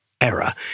error